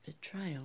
betrayal